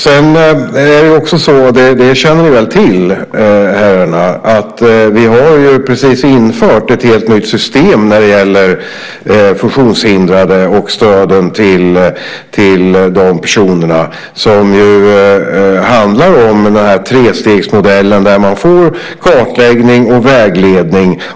Sedan har vi, som herrarna väl känner till, precis infört ett helt nytt system för funktionshindrade och stöden till de personerna. Det är trestegsmodellen där man får kartläggning och vägledning.